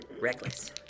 Reckless